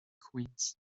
queens